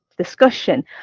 discussion